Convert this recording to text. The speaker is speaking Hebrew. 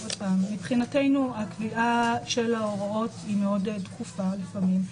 מבחינתנו הקביעה של ההוראות דחופה מאוד לפעמים.